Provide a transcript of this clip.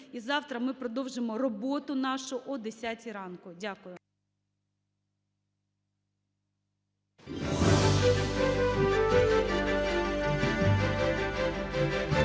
і завтра ми продовжимо роботу нашу о 10 ранку. Дякую.